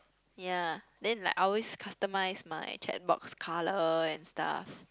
ya then like I always customize my chat box colour and stuff